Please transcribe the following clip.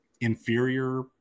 inferior